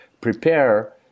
prepare